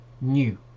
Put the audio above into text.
new